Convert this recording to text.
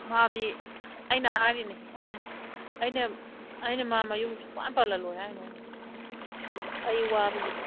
ꯃꯥꯗꯤ ꯑꯩꯅ ꯍꯥꯏꯔꯤꯅꯤ ꯎꯝ ꯑꯩꯅ ꯑꯩꯅ ꯃꯥ ꯃꯌꯨꯝ ꯁꯨꯡꯄꯥꯟ ꯄꯥꯜꯍꯜꯂꯣꯏ ꯍꯥꯏꯔꯤꯅꯤ ꯑꯩꯅ ꯑꯩ ꯋꯥꯕꯁꯤꯗ